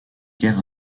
guère